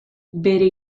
bere